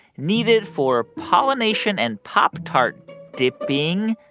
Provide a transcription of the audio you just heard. needed for pollination and pop-tart dipping.